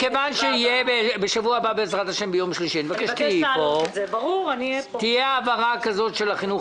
בשבוע הבא ביום שלישי תהיה העברה של החינוך